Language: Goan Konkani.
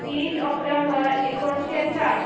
तीस ऑक्टोबर एकोणशे साठ